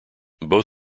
both